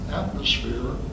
atmosphere